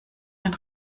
ein